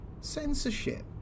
Censorship